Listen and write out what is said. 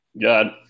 good